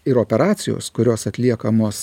ir operacijos kurios atliekamos